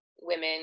women